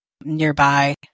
nearby